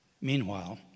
Meanwhile